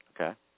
okay